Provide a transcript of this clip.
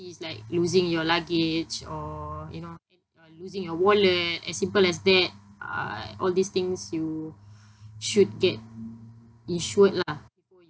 like losing your luggage or you know losing your wallet as simple as that uh all these things you should get insured lah